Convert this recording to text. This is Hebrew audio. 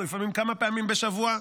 לפעמים כמה פעמים בשבוע,